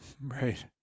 Right